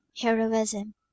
heroism